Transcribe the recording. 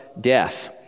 death